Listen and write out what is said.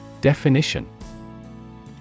Definition